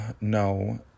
no